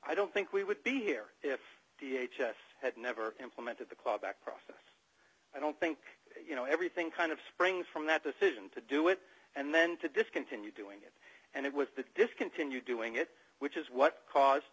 i don't think we would be here if the h s had never implemented the club act process i don't think you know everything kind of springs from that decision to do it and then to discontinue doing it and it was the discontinue doing it which is what caused